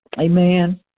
Amen